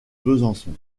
besançon